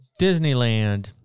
Disneyland